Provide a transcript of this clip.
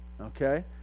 okay